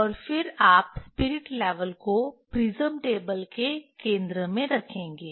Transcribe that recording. और फिर आप स्पिरिट लेवल को प्रिज्म टेबल के केंद्र में रखेंगे